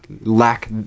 lack